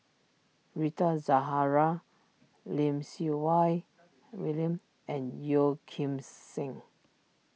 Rita Zahara Lim Siew Wai William and Yeo Kim Seng